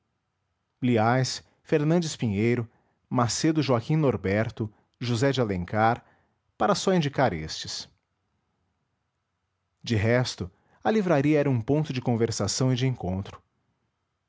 liais fernandes pinheiro macedo joaquim norberto josé de alencar para só indicar estes de resto a livraria era um ponto de conversação e de encontro